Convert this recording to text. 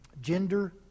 gender